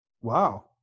Wow